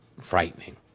frightening